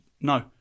no